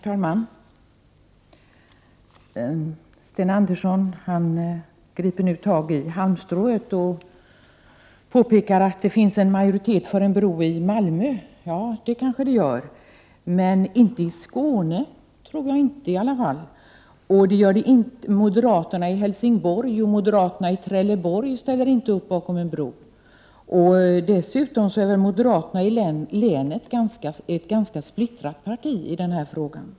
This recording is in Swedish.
Herr talman! Sten Andersson griper nu tag i ett halmstrå och påpekar att det i Malmö finns en majoritet för en bro. Ja, det kanske det gör. Men i Skåne tror jag inte att det gör det. Moderaterna i Helsingborg och moderaterna i Trelleborg ställer inte upp bakom en bro. Dessutom är moderata samlingspartiet i länet ganska splittrat i den här frågan.